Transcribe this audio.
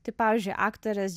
tai pavyzdžiui aktorės